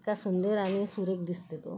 इतका सुंदर आणि सुरेख दिसते तो